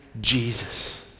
Jesus